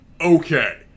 okay